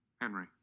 Henry